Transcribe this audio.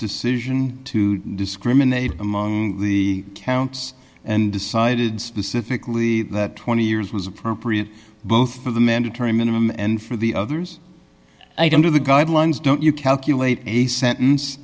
decision to discriminate among the counts and decided specifically that twenty years was appropriate both for the mandatory minimum and for the others are the guidelines don't you calculate a sentence